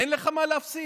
אין לך מה להפסיד.